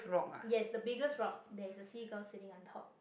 yes the biggest rock there is a seagull sitting on top